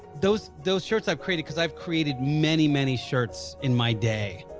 those those shirts i've created because i've created many many shirts in my day.